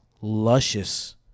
luscious